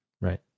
right